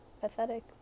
Pathetic